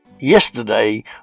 Yesterday